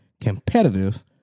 competitive